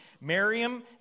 Miriam